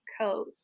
coat